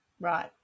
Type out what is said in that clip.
Right